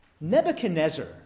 Nebuchadnezzar